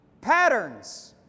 Patterns